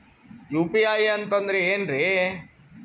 UPI ಅಂತಂದ್ರೆ ಏನ್ರೀ?